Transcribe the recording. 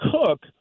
cook